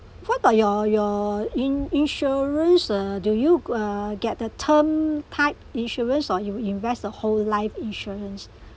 what about your your in~ insurance uh do you g~ uh get the term type insurance or you invest a whole life insurance